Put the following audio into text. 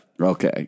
Okay